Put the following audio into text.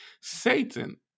Satan